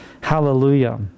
Hallelujah